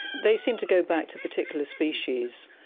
they seem to go back to particular species.